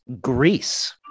Greece